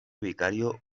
vicario